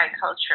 culture